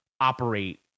operate